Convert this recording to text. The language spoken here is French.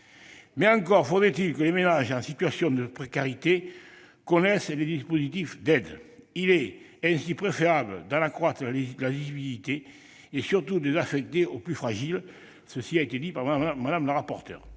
Mais encore faudrait-il que les ménages en situation de précarité connaissent les dispositifs d'aide. Il est d'ailleurs préférable d'en accroître la lisibilité et, surtout, de les affecter aux plus fragiles- Mme la rapporteure